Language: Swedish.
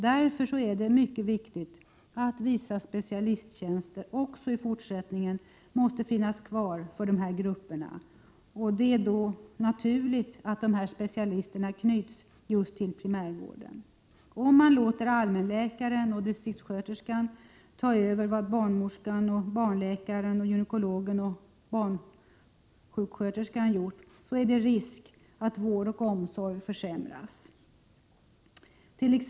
Därför är det mycket viktigt att vissa specialisttjänster också i fortsättningen finns kvar för dessa grupper, och det naturliga är då att dessa specialister knyts just till primärvården. Om allmänläkaren och distriktssköterskan får ta över vad barnmorskan, barnläkaren, barnsjuksköterskan och gynekologen har gjort, är det risk för att vård och omsorg försämras.